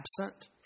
absent